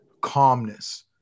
calmness